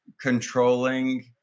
controlling